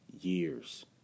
years